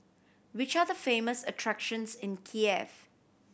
which are the famous attractions in Kiev